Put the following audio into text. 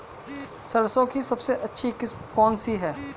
सरसों की सबसे अच्छी किस्म कौन सी है?